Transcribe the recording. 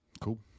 cool